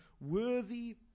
worthy